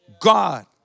God